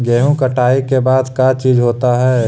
गेहूं कटाई के बाद का चीज होता है?